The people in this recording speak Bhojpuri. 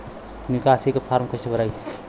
निकासी के फार्म कईसे भराई?